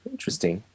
interesting